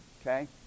Okay